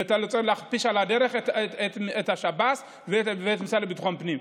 ואתה רוצה להכפיש על הדרך את השב"ס ואת המשרד לביטחון הפנים.